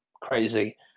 crazy